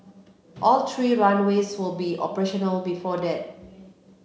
all three runways will be operational before that